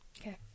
Okay